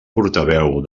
portaveu